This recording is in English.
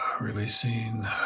releasing